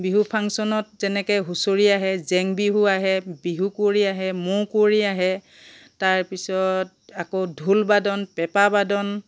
বিহু ফাংশ্যনত যেনেকৈ হুঁচৰি আহে জেং বিহু আহে বিহু কুঁৱৰী আহে মৌ কুঁৱৰী আহে তাৰপিছত আকৌ ঢোলবাদন পেঁপাবাদন